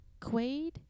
Quaid